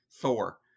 Thor